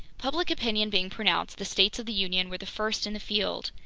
public opinion being pronounced, the states of the union were the first in the field.